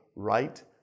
right